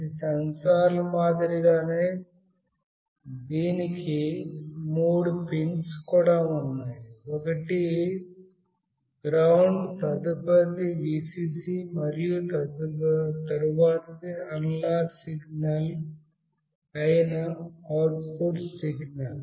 ఇతర సెన్సార్ల మాదిరిగానే దీనికి 3 పిన్స్ కూడా వున్నాయి ఒకటి జిఎన్డి తదుపరిది విసిసి మరియు తరువాతిది అనలాగ్ సిగ్నల్ అయిన అవుట్పుట్ సిగ్నల్